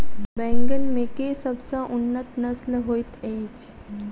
बैंगन मे केँ सबसँ उन्नत नस्ल होइत अछि?